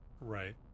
Right